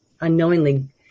unknowingly